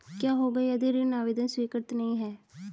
क्या होगा यदि ऋण आवेदन स्वीकृत नहीं है?